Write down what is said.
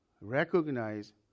recognize